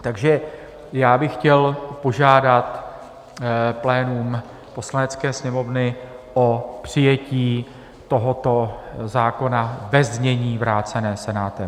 Takže já bych chtěl požádat plénum Poslanecké sněmovny o přijetí tohoto zákona ve znění vráceném Senátem.